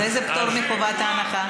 אז איזה פטור מחובת ההנחה?